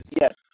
Yes